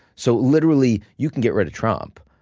so literally, you can get rid of trump,